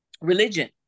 religion